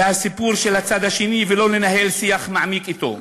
והסיפור של הצד השני ולא ננהל שיח מעמיק אתו.